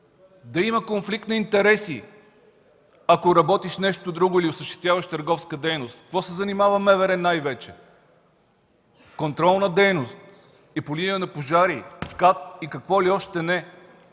да има конфликт на интереси, ако работиш нещо друго или осъществяваш търговска дейност. С какво се занимава МВР най-вече? С контролна дейност – и по линия на пожари, с КАТ и какво ли още не,